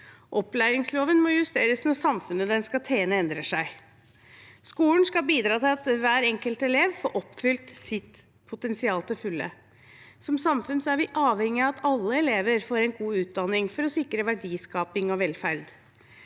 Opplæringsloven må justeres når samfunnet den skal tjene, endrer seg. Skolen skal bidra til at hver enkelt elev får oppfylt sitt potensial til fulle. Som samfunn er vi avhengig av at alle elever får en god utdanning for å sikre verdiskaping og velferd.